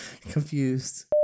confused